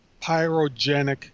pyrogenic